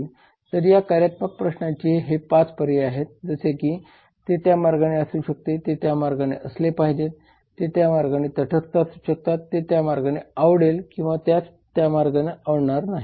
तर या कार्यात्मक प्रश्नाचे हे 5 पर्याय आहेत जसे की ते त्या मार्गाने असू शकते ते त्या मार्गाने असले पाहिजेत तो त्या मार्गाने तटस्थ असू शकते त्याला त्या मार्गाने आवडेल किंवा त्यास त्या मार्गाने आवडणार नाही